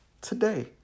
Today